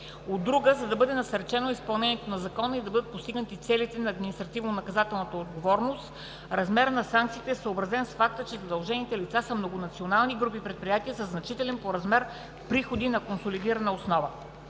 От друга, за да бъде насърчено изпълнението на Закона и да бъдат постигнати целите на административнонаказателната отговорност, размерът на санкциите е съобразен с факта, че задължените лица са многонационални групи предприятия със значителни по размер приходи на консолидирана основа.